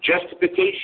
justification